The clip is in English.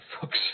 fuck's